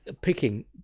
picking